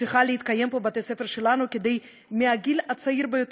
שצריכה להתקיים בבתי-הספר שלנו מהגיל הצעיר ביותר,